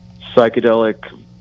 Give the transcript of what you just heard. psychedelic